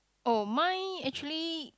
oh mine actually